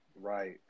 Right